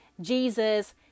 Jesus